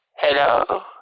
Hello